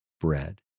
bread